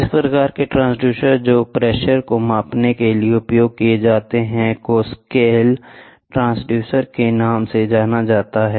इस प्रकार के ट्रांसड्यूसर जो प्रेशर को मापने के लिए उपयोग किया जाता है को स्लैक डायाफ्राम के रूप में जाना जाता है